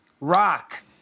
rock